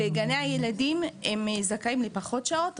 בגני הילדים הם זכאים לפחות שעות,